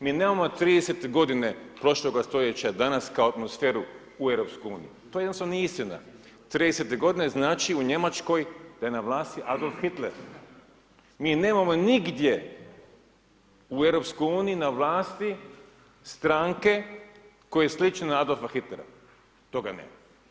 Mi nemamo 30 godine prošloga stoljeća danas kao atmosferu u EU to jednostavno nije istina, 30 godine znači u Njemačkoj da je na vlasti Adolf Hitler, mi nemamo nigdje u EU na vlasti stranke koje sliče na Adolfa Hitlera, toga nema.